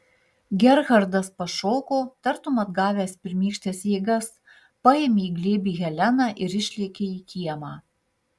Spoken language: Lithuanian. gerhardas pašoko tartum atgavęs pirmykštes jėgas paėmė į glėbį heleną ir išlėkė į kiemą